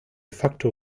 facto